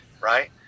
right